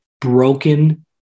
broken